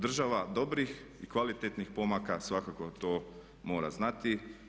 Država dobrih i kvalitetnih pomaka svakako to mora znati.